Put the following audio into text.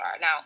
Now